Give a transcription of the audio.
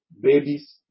Babies